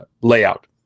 layout